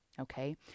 Okay